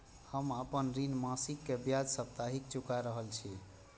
हम आपन ऋण मासिक के ब्याज साप्ताहिक चुका रहल छी